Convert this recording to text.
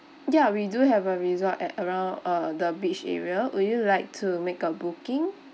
ya we do have a resort at around uh the beach area would you like to make a booking